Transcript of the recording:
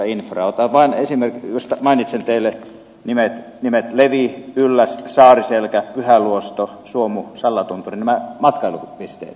otan vain esimerkin josta mainitsen teille nimet levi ylläs saariselkä pyhä luosto suomu sallatunturi nämä matkailupisteet